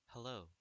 Hello